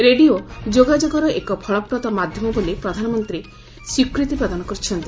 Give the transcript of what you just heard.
radio ଯୋଗାଯୋଗର ଏକ ଫଳପ୍ରଦ ମାଧ୍ୟମ ବୋଲି ପ୍ରଧାନମନ୍ତ୍ରୀ ସ୍ୱୀକୃତି ପ୍ରଦାନ କରିଛନ୍ତି